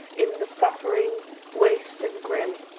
in the suffering waste and grim,